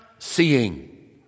seeing